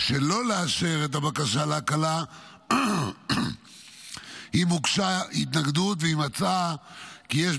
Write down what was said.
שלא לאשר את הבקשה להקלה אם הוגשה התנגדות והיא מצאה כי יש